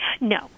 No